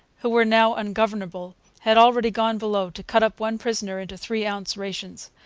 who were now ungovernable, had already gone below to cut up one prisoner into three-ounce rations,